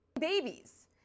babies